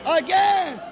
again